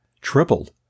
tripled